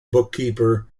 bookkeeper